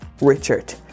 Richard